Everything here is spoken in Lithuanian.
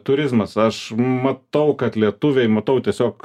turizmas aš matau kad lietuviai matau tiesiog